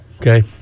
Okay